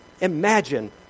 imagine